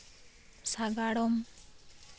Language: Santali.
ᱥᱟᱸᱜᱟᱲᱚᱢ